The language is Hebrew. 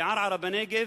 בערערה בנגב,